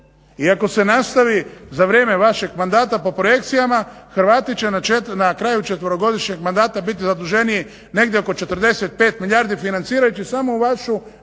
I ako se nastavi za vrijeme vašeg mandata po projekcijama Hrvati će na kraju četverogodišnjeg mandata biti zaduženiji negdje oko 45 milijardi financirajući samo vašu